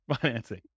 financing